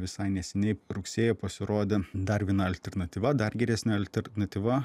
visai neseniai rugsėjį pasirodė dar viena alternatyva dar geresnė alternatyva